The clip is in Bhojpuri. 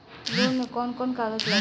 लोन में कौन कौन कागज लागी?